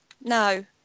No